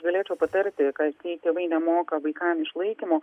galėčiau patarti kad jei tėvai nemoka vaikam išlaikymo